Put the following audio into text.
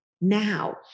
now